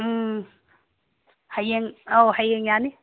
ꯎꯝ ꯍꯌꯦꯡ ꯑꯧ ꯍꯌꯦꯡ ꯌꯥꯅꯤ